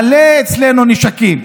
מלא אצלנו נשקים.